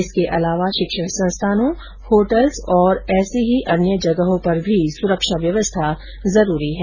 इसके अलावा शिक्षण संस्थानों होटल्स जैसी जगहों पर भी सुरक्षा व्यवस्था जरूरी है